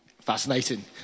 Fascinating